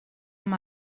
amb